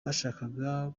bashakaga